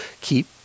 keep